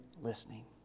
listening